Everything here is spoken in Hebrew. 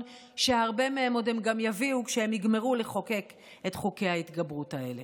שהרבה מהם הם גם יביאו כשהם יגמרו לחוקק את חוקי ההתגברות האלה.